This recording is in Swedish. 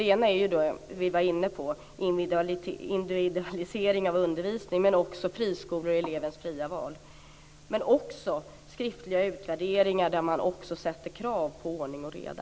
En sak är det som vi var inne på, individualisering av undervisning, men det handlar också om friskolor och elevens fria val och om skriftliga utvärderingar där det också ställs krav på ordning och reda.